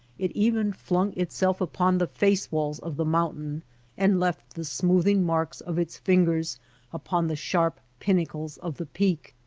it even flung itself upon the face walls of the mountain and left the smoothing marks of its fingers upon the sharp pinnacles of the peak.